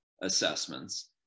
assessments